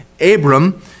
Abram